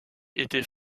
était